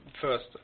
First